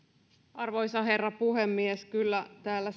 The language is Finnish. arvoisa herra puhemies kyllä täällä